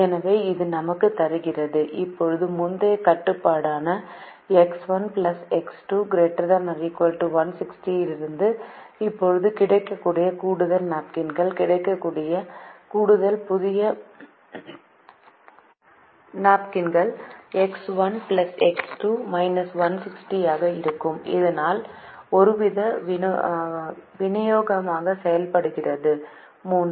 எனவே இது நமக்குத் தருகிறது இப்போது முந்தைய கட்டுப்பாடான X1 X2≥160 இலிருந்து இப்போது கிடைக்கக்கூடிய கூடுதல் நாப்கின்கள் கிடைக்கக்கூடிய கூடுதல் புதிய நாப்கின்கள் X1 X2−160 ஆகும் இதனால் நாள் ஒருவித விநியோகமாக செயல்படுகிறது 3